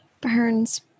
burns